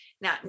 Now